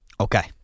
Okay